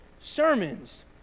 sermons